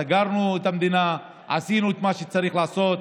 סגרנו את המדינה, עשינו את מה שצריך לעשות,